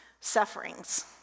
sufferings